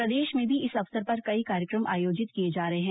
प्रदेश में भी इस अवसर पर कई कार्यक्रम आयोजित किये जा रहे है